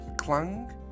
Clang